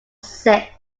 six